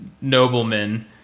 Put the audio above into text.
noblemen